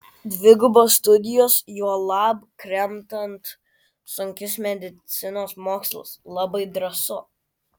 dvigubos studijos juolab kremtant sunkius medicinos mokslus labai drąsu